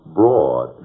broad